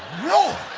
no!